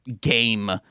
game